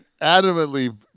adamantly